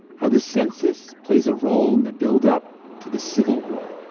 how the census plays a role in the build-up to the civil war